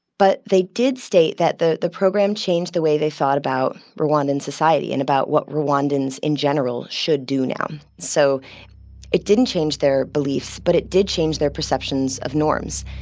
but they did state that the the program changed the way they thought about rwandan society and about what rwandans in general should do now. so it didn't change their beliefs, but it did change their perceptions of norms.